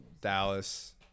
Dallas